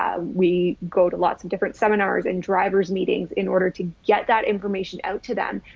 ah we go to lots of different seminars and drivers' meetings in order to get that information out to them,